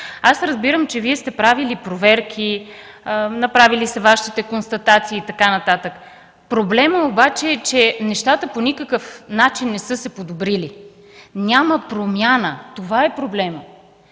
Разбирам, че сте правили проверки, направили сте Вашите констатации и така нататък. Проблемът обаче е, че нещата по никакъв начин не са се подобрили. Няма промяна! Това е проблемът.